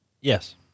Yes